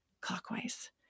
clockwise